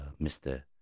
Mr